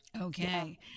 Okay